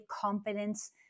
confidence